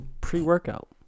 Pre-workout